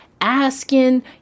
asking